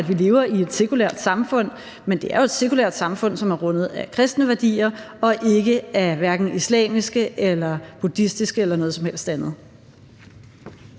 at vi lever i et sekulært samfund. Men det er jo et sekulært samfund, som er rundet af kristne værdier og ikke af hverken islamiske eller buddhistiske eller nogen som helst andre.